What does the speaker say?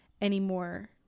anymore